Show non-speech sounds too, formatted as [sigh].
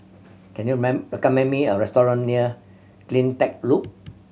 can you [unintelligible] recommend me a restaurant near Cleantech Loop